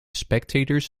spectators